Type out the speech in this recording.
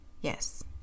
Yes